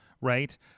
right